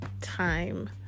time